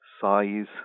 size